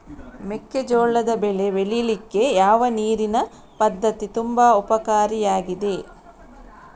ಮೆಕ್ಕೆಜೋಳದ ಬೆಳೆ ಬೆಳೀಲಿಕ್ಕೆ ಯಾವ ನೀರಿನ ಪದ್ಧತಿ ತುಂಬಾ ಉಪಕಾರಿ ಆಗಿದೆ?